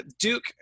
duke